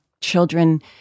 children